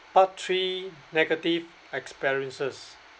part three negative experiences